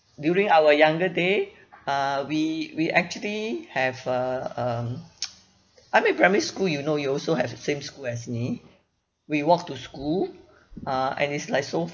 during our younger day uh we we actually have a um I mean primary school you know you also have the same school as me we walk to school uh and it's like so